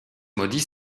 maudits